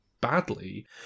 badly